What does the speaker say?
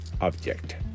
object